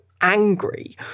angry